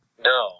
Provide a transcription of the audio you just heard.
No